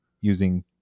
using